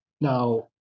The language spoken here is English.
now